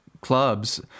clubs